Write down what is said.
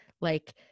like-